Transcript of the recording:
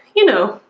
you know,